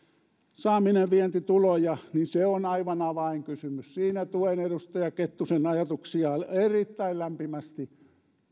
vientitulojen saaminen on aivan avainkysymys siinä tuen edustaja kettusen ajatuksia erittäin lämpimästi